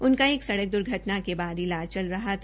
उनका एक सड़क द्र्घटना के बाद इलाज चल रहा था